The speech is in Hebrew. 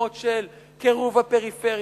למקומות של קירוב הפריפריה,